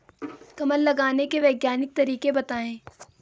कमल लगाने के वैज्ञानिक तरीके बताएं?